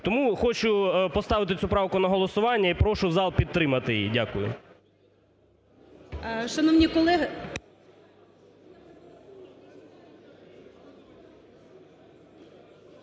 Тому хочу поставити цю правку на голосування і прошу зал підтримати її. Дякую.